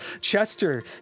Chester